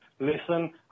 Listen